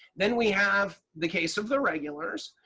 then we have the case of the regulars.